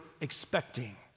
expecting